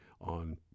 on